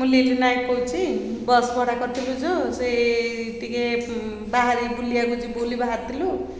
ମୁଁ ଲିଲି ନାୟକ କହୁଚି ବସ୍ ଭଡ଼ା କରିଥିଲୁ ଯେଉଁ ସେ ଟିକେ ବାହାରି ବୁଲିିବାକୁ ଯିବୁ ବୁଲି ବାହାରିଥିଲୁ